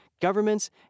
governments